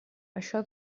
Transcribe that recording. això